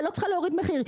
ולא צריכה להוריד מחירים,